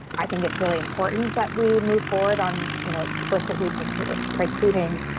i think it's really important that we move forward on you know explicitly peculiar precluding